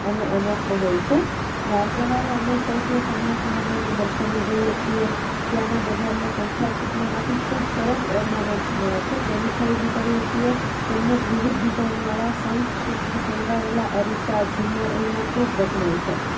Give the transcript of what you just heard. અને અનોખો હોય છે વાર તહેવારે અમે સૌ ત્યાં સોમનાથ મહાદેવના દર્શને જઈએ છીએ ત્યાંના બજારમાં શંખલા છીપલા માંથી ખૂબ સરસ ઓરનામેન્ટ્સ મળે છે તેની ખરીદી કરીએ છીએ તેમજ વિવિધ ડિઝાઇનવાળા શંખ છીપથી સણગારેલા અરીસા ઝુંમર અહીંના ખૂબ વખણાય છે